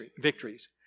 victories